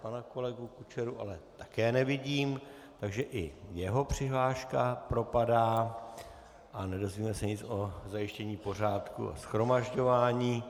Pana kolegu Kučeru ale také nevidím, takže i jeho přihláška propadá a nedozvíme se nic o zajištění pořádku a shromažďování.